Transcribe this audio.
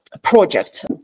project